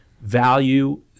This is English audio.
Value